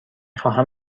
خواهم